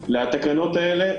זילות בתקנות האלה .